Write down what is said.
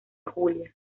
julia